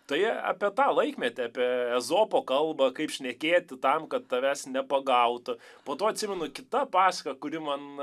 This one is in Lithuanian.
tai apie tą laikmetį apie ezopo kalbą kaip šnekėti tam kad tavęs nepagautų po to atsimenu kita pasaka kuri man